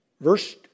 Verse